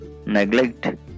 Neglect